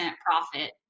profit